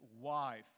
wife